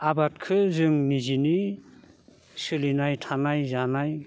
आबादखो जों निजेनि सोलिनाय थानाय जानाय